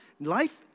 life